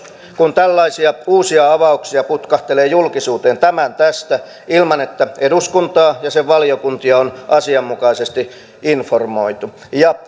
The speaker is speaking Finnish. kun tällaisia uusia avauksia putkahtelee julkisuuteen tämän tästä ilman että eduskuntaa ja sen valiokuntia on asianmukaisesti informoitu ja